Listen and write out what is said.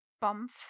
bump